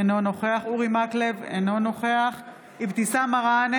אינו נוכח אורי מקלב, אינו נוכח אבתיסאם מראענה,